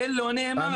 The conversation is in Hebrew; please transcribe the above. זה לא נאמר.